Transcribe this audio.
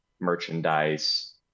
merchandise